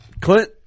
Clint